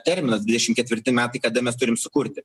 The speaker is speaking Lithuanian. terminas dvidešim ketvirti metai kada mes turim sukurti